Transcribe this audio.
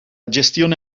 gestione